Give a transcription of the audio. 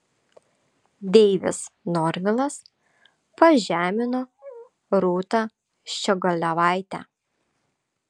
deivis norvilas pažemino rūtą ščiogolevaitę